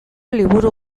liburu